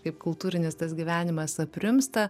kaip kultūrinis tas gyvenimas aprimsta